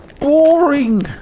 boring